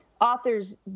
authors